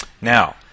now